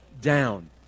down